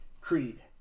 Creed